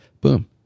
Boom